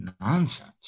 nonsense